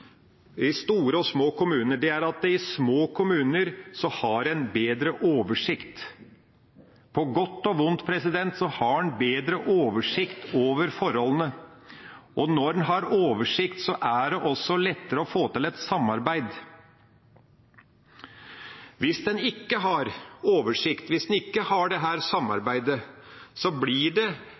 små og store kommuner, og det er at i små kommuner har en bedre oversikt. På godt og vondt har en bedre oversikt over forholdene. Og når en har oversikt, er det også lettere å få til et samarbeid. Hvis en ikke har oversikt, hvis en ikke har dette samarbeidet, blir det